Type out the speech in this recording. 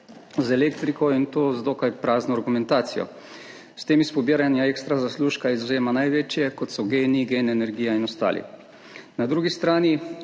z elektriko, in to z dokaj prazno argumentacijo. S tem iz pobiranja ekstra zaslužka izvzema največje, kot so GEN-I, Gen Energija in ostali. Na drugi strani